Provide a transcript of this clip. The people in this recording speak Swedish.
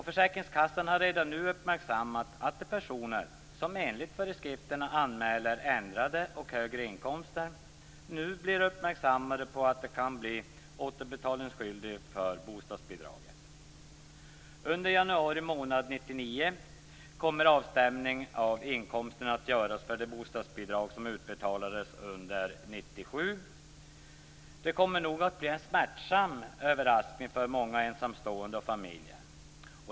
Försäkringskassorna har redan nu uppmärksammat de personer som enligt föreskrifterna anmäler ändrade och högre inkomster på att de kan bli återbetalningsskyldiga för bostadsbidraget. Under januari månad 1999 kommer avstämningen av inkomsten att göras för de bostadsbidrag som utbetalats under 1997. Det kommer nog att bli en smärtsam överraskning för många ensamstående och familjer.